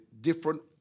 different